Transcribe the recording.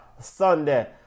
Sunday